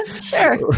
Sure